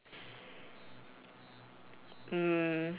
mm